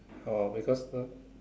orh because the